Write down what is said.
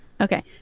Okay